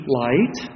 light